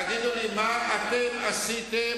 תגידו לי, מה אתם עשיתם,